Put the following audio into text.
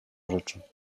rzeczy